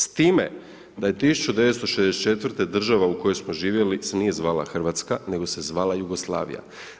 S time da je 1964. država u kojoj smo živjeli se nije zvala Hrvatska nego se zvala Jugoslavija.